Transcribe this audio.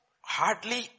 hardly